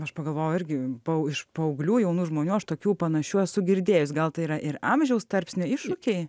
aš pagalvojau irgi pau iš paauglių jaunų žmonių aš tokių panašių esu girdėjus gal tai yra ir amžiaus tarpsnio iššūkiai